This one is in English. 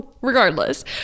regardless